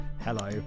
hello